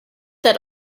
that